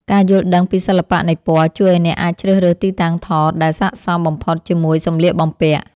ការយល់ដឹងពីសិល្បៈនៃពណ៌ជួយឱ្យអ្នកអាចជ្រើសរើសទីតាំងថតដែលសក្តិសមបំផុតជាមួយសម្លៀកបំពាក់។